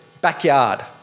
backyard